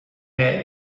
der